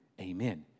Amen